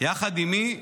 יחד עם מי?